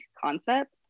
concept